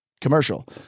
commercial